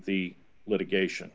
the litigation